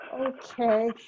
okay